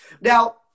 Now